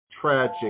tragic